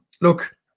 look